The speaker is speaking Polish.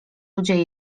ludzie